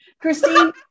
Christine